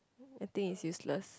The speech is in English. I think is useless